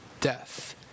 death